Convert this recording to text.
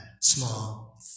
small